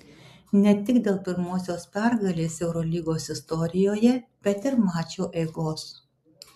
ne tik dėl pirmosios pergalės eurolygos istorijoje bet ir mačo eigos